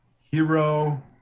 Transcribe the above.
hero